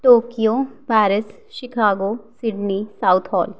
Tokyo Paris Chicago Sydney south hole